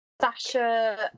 Sasha